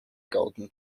golden